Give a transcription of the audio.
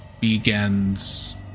begins